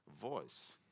voice